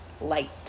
light